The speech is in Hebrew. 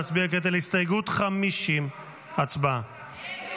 נצביע כעת על הסתייגות 50. הצבעה.